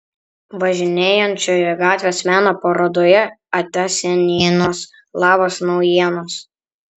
važinėjančioje gatvės meno parodoje atia senienos labas naujienos